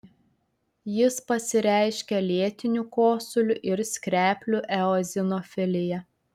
jis pasireiškia lėtiniu kosuliu ir skreplių eozinofilija